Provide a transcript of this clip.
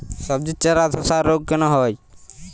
সবজির চারা ধ্বসা রোগ কেন হয়?